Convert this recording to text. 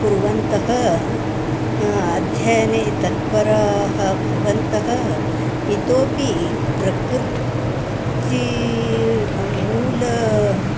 कुर्वन्तः अध्ययने तत्पराः भवन्तः इतोपि प्रकृतिः मूला